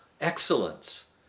excellence